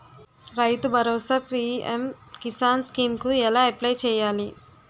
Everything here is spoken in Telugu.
రైతు భరోసా పీ.ఎం కిసాన్ స్కీం కు ఎలా అప్లయ్ చేయాలి?